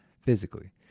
physically